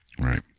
right